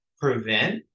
prevent